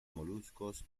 moluscos